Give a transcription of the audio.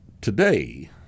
today